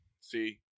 See